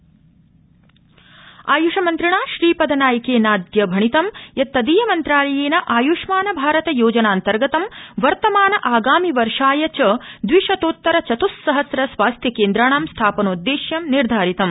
आयुष आय्ष मन्त्रिणा श्री द नाइकेनादय भणितं यत् तदीय मन्त्रालयेन आय्ष्मान भारत योजनान्तर्गतं वर्तमान आगामिवर्षाय च द्वि शतोत्तर चत्स्सहस्र स्वास्थ्य केन्द्राणां स्था नोददेश्यं निर्धारितम्